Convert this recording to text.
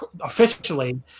officially